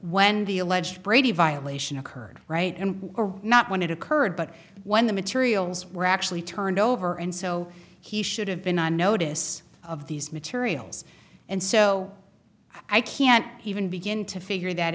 when the alleged brady violation occurred right and not when it occurred but when the materials were actually turned over and so he should have been on notice of these materials and so i can't even begin to figure that